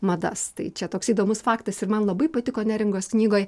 madas tai čia toks įdomus faktas ir man labai patiko neringos knygoj